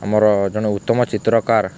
ଆମର ଜଣେ ଉତ୍ତମ ଚିତ୍ରକାର୍